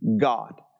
God